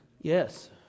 Yes